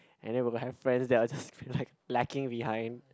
and then we'll have friends that are just like lagging behind